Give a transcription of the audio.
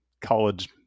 college